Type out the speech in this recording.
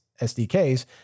SDKs